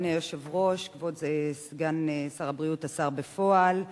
אדוני היושב-ראש, כבוד סגן שר הבריאות, השר בפועל,